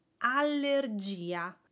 allergia